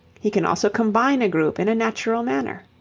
he can also combine a group in a natural manner.